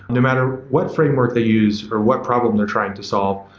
no matter what framework they use or what problem they're trying to solve,